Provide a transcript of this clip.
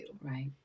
Right